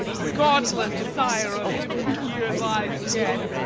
godless sire of him who here lies dead,